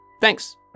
Thanks